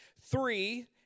three